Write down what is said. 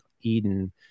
Eden